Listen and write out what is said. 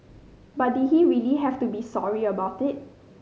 but did he really have to be sorry about it